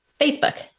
Facebook